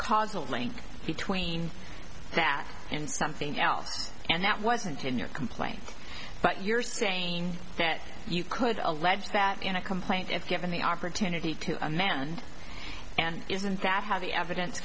causal link between that and something else and that wasn't in your complaint but you're saying that you could allege that in a complaint if given the opportunity to amend and isn't that how the evidence